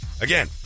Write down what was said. Again